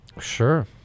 Sure